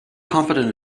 confident